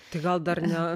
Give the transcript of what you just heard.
tai gal dar ne